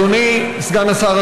אדוני סגן השר,